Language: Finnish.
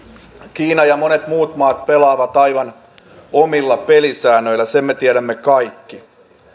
kiina ja monet muut maat pelaavat aivan omilla pelisäännöillä sen me tiedämme kaikki